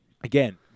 again